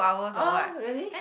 oh really